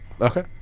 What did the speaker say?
Okay